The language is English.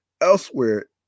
elsewhere